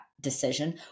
decision